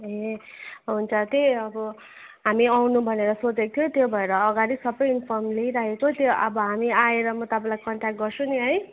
ए हुन्छ त्यही अब हामी आउनु भनेर सोचेको थियो त्यो भएर अगाडि सबै इन्फर्म लिइराखेको त्यो अब हामी आएर म तपाईँलाई कन्ट्याक्ट गर्छु नि है